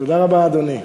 תודה רבה, אדוני.